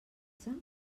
pizza